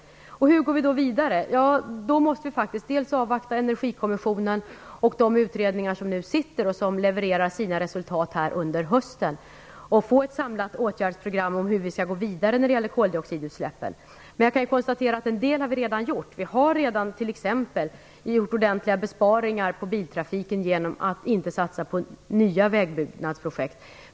Hur går vi då vidare? Ja, då måste vi faktiskt avvakta Energikommissionen och de utredningar som nu sitter och som levererar sina resultat under hösten för att få ett samlat åtgärdsprogram för hur vi skall gå vidare när det gäller koldioxidutsläppen. Men jag kan konstatera att vi redan gjort en del. Vi har t.ex. redan gjort ordentliga besparingar inom biltrafiken genom att inte satsa på nya vägbyggnadsprojekt.